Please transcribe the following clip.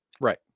Right